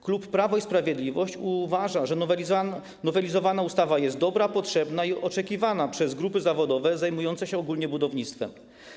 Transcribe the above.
Klub Prawo i Sprawiedliwość uważa, że nowelizowana ustawa jest dobra, potrzebna i oczekiwana przez grupy zawodowe zajmujące się ogólnie budownictwem.